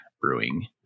Brewing